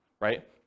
right